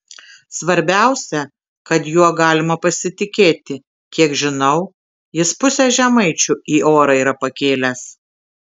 svarbiausia kad juo galima pasitikėti kiek žinau jis pusę žemaičių į orą yra pakėlęs